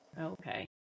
Okay